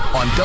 on